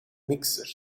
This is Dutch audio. mixer